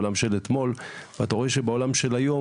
העולם של אתמול ואתה רואה שבעולם של היום,